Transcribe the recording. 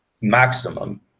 maximum